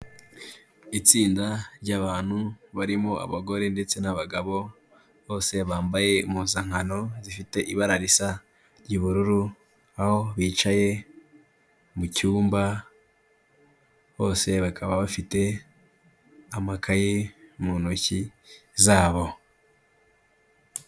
Itsinda ry'abantu barimo abagore ndetse n'abagabo, bose bambaye impuzankano zifite ibara risa ry'ubururu, aho bicaye mucyumba, bose bakaba bafite amakaye mu ntoki zabo.